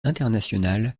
internationale